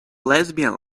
lesbian